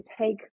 take